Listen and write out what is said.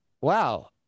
Wow